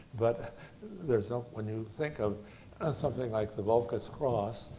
but there's, ah when you think of something like the voulkos cross,